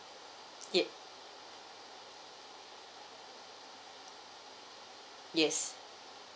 yup yes